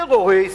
טרוריסט.